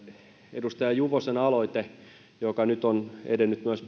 edustaja juvosen aloite joka nyt on edennyt myös